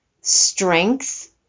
strength